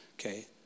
Okay